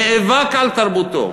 נאבק על תרבותו,